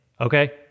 okay